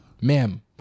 ma'am